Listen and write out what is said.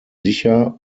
sicher